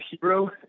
hero